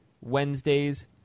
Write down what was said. Wednesdays